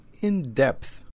in-depth